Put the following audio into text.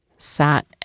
sat